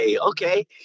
Okay